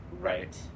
Right